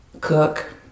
cook